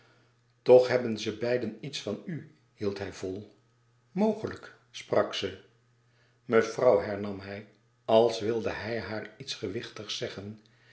toch hebben ze beiden iets van u hield hij vol mogelijk sprak ze mevrouw hernam hij als wilde hij haar iets gewichtigs zeggen